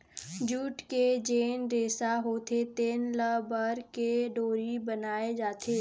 jute के जेन रेसा होथे तेन ल बर के डोरी बनाए जाथे